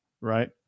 Right